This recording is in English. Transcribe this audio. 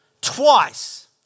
twice